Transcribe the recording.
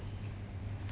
what